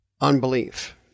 unbelief